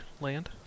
Land